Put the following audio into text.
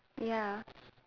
ya